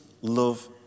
love